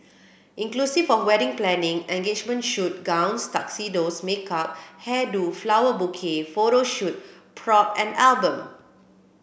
inclusive of wedding planning engagement shoot gowns tuxedos makeup hair do flower bouquet photo shoot prop and album